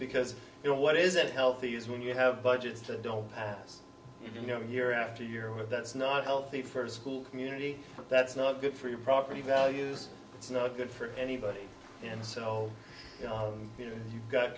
because you know what isn't healthy is when you have budgets to don't pass you know year after year with that's not healthy for school community but that's not good for your property values it's not good for anybody and so you know you've got